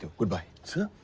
good bye. sir.